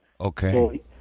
Okay